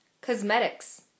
Cosmetics